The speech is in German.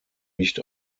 nicht